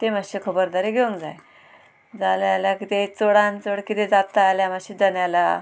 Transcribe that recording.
ती मातशें खबरदारी घेवंक जाय जालें जाल्यार कितें चडान चड कितें जाता जाल्यार मातशे जनेलां